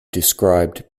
described